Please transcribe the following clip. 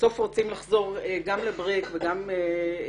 בסוף נרצה לחזור גם לבריק וגם לגורדין.